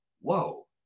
whoa